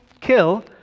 kill